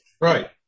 Right